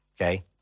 okay